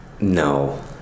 No